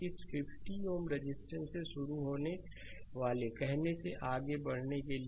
slide समय देखें 0322 इस 5 Ω रेजिस्टेंस से शुरू होने वाले कहने से आगे बढ़ने के लिए